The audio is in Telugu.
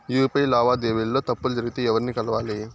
యు.పి.ఐ లావాదేవీల లో తప్పులు జరిగితే ఎవర్ని కలవాలి?